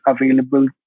available